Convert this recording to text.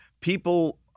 people